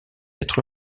êtres